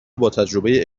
باتجربه